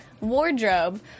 wardrobe